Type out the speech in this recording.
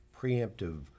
preemptive